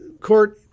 court